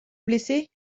blessées